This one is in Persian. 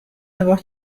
نگاه